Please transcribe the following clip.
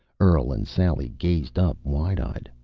earl and sally gazed up, wide-eyed.